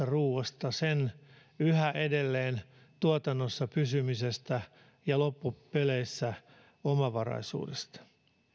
ruuasta sen yhä edelleen tuotannossa pysymisestä ja loppupeleissä omavaraisuudesta